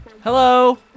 hello